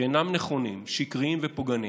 שאינם נכונים, והם שקריים ופוגעניים,